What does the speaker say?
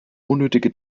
unnötige